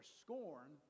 scorn